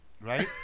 right